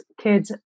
kids